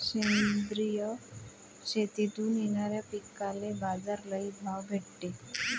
सेंद्रिय शेतीतून येनाऱ्या पिकांले बाजार लई भाव भेटते